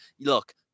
look